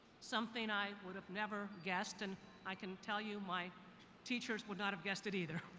something i would have never guessed and i can tell you my teachers would not have guessed it either.